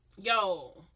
yo